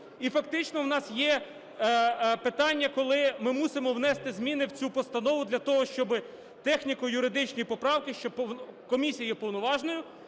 І фактично у нас є питання, коли ми мусимо внести зміни в цю постанову для того, щоб техніко-юридичні поправки, що комісія є уповноваженою